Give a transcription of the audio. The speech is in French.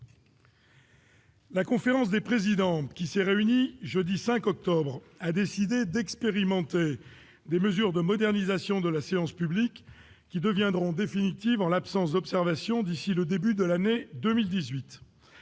La conférence des présidents, réunie jeudi 5 octobre, a décidé d'expérimenter des mesures de modernisation de la séance publique qui deviendront définitives en l'absence d'observations d'ici au début de l'année 2018.